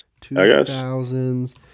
2000s